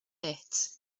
bit